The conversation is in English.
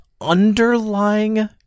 underlying